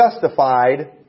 justified